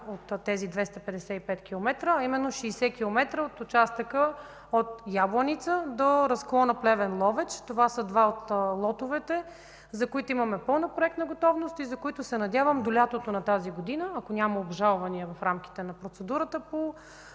от тези 255 км, а именно 60 км от участъка от Ябланица до разклона Плевен – Ловеч, това са два от лотовете, за които имаме пълна проектна готовност и за които се надявам до лятото на тази година, ако няма обжалвания в рамките на процедурата по